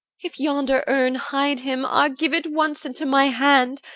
if yonder urn hide him, ah! give it once into my hand,